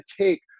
take